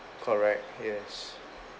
correct yes